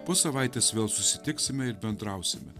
po savaitės vėl susitiksime ir bendrausime